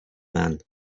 man